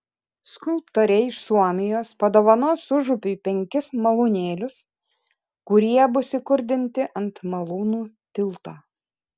skulptorė iš suomijos padovanos užupiui penkis malūnėlius kurie bus įkurdinti ant malūnų tilto